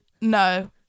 no